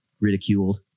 ridiculed